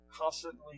constantly